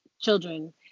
children